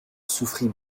souffrit